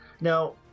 Now